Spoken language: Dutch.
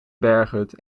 berghut